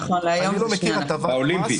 נכון, האולימפי.